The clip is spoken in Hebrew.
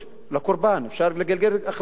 אפשר לגלגל את האחריות לקורבן,